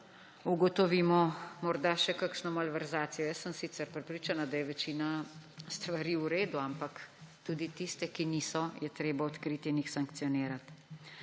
ugotovimo morda še kakšno malverzacijo. Jaz sem sicer prepričana, da je večina stvari v redu, ampak tudi tiste, ki niso, je treba odkriti in jih sankcionirati.